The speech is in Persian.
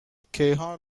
کیهان